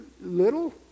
little